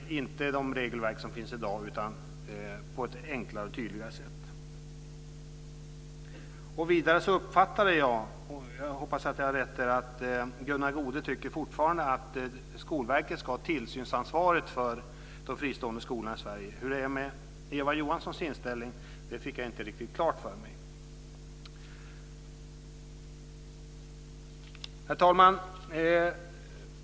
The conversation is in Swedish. Ska inte de regelverk som finns i dag gälla, utan ska det vara på ett enklare och tydligare sätt? Vidare uppfattade jag, och jag hoppas att jag har rätt där, att Gunnar Goude fortfarande tycker att Skolverket ska ha tillsynsansvaret för de fristående skolorna i Sverige. Hur det är med Eva Johanssons inställning fick jag inte riktigt klart för mig. Herr talman!